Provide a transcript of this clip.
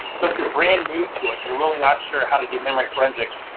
so if your brand new to it, you're really not sure how to do memory forensics,